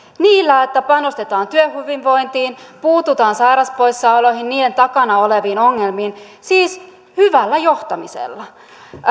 niillä että panostetaan työhyvinvointiin puututaan sairauspoissaoloihin niiden takana oleviin ongelmiin siis hyvällä johtamisella